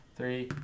Three